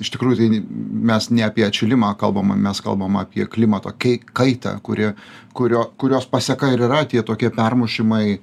iš tikrųjų mes ne apie atšilimą kalbam mes kalbam apie klimato kaitą kuri kurio kurios paseka ir yra tie tokie permušimai